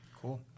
Cool